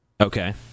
Okay